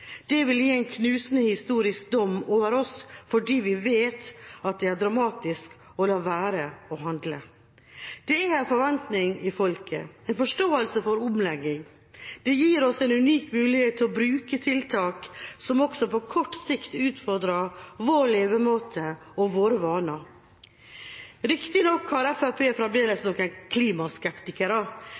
Det vil gi en knusende historisk dom over oss – fordi vi vet at det er dramatisk å la være å handle. Det er en forventning i folket – og en forståelse for omlegging. Det gir oss en unik mulighet til å bruke tiltak som også på kort sikt utfordrer vår levemåte og våre vaner. Riktignok har Fremskrittspartiet fremdeles noen klimaskeptikere,